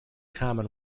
common